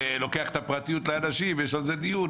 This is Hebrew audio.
זה לוקח את הפרטיות לאנשים יש על זה דיון,